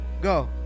Go